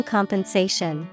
Compensation